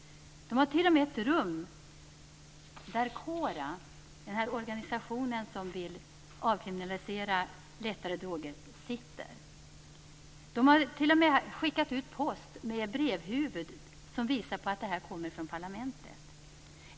Man har t.o.m. ett rum där CORA sitter, dvs. den organisation som vill avkriminalisera lätta droger. CORA har t.o.m. skickat ut post med parlamentets brevhuvud.